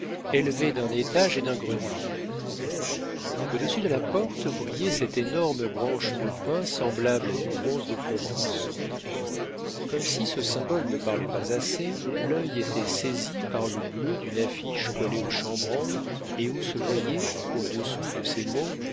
élevée d'un étage et d'un grenier au-dessus de la porte brillait cette énorme branche de pin semblable à du bronze de florence comme si ce symbole ne parlait pas assez l'œil était saisi par le bleu d'une affiche collée au chambranle et où se voyait au-dessous de ces mots